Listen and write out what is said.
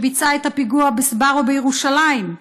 שביצעה את הפיגוע בסבארו בירושלים.